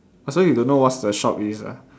so you don't know what's the shop is it ah